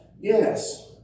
Yes